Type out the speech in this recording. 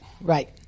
Right